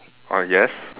ah yes